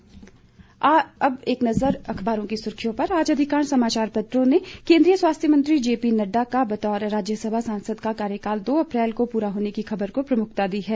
ह अब एक नज़र अखबारों की सुर्खियों पर आज अधिकांश समाचार पत्रों ने केन्द्रीय स्वास्थ्य मंत्री जेपी नड्डा का बतौर राज्यसभा सांसद का कार्यकाल दो अप्रैल को पूरा होने की खबर को प्रमुखता दी है